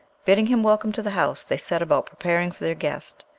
bidding him welcome to the house, they set about preparing for their guest,